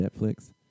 netflix